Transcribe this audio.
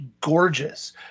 gorgeous